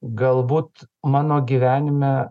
galbūt mano gyvenime